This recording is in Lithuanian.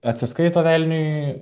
atsiskaito velniui